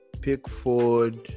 Pickford